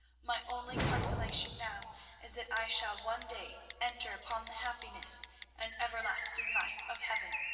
my only consolation now is that i shall one day enter upon the happiness and everlasting life of heaven.